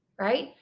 right